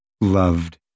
Loved